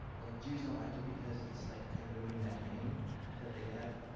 that jews don't like it, because it's like kind of ruining that name that they have.